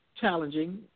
challenging